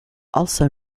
also